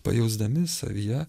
pajausdami savyje